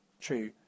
true